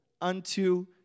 unto